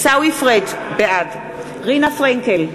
בעד רינה פרנקל,